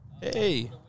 Hey